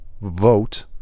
vote